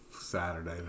Saturday